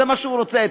שזה מה שהוא רוצה,